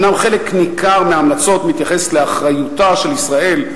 אומנם חלק ניכר מההמלצות מתייחס לאחריותה של ישראל,